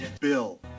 Bill